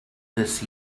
this